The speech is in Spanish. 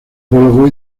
prólogo